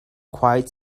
quite